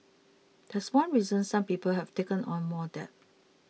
that's one reason some people have taken on more debt